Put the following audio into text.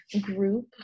group